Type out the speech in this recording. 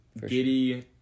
Giddy